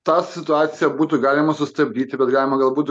tą situaciją būtų galima sustabdyti bet jam gal būtų